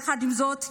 יחד עם זאת,